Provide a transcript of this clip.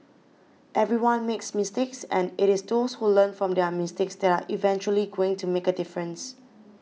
everyone makes mistakes and it is those who learn from their mistakes that are eventually going to make a difference